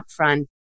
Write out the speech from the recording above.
upfront